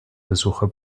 besucher